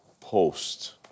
Post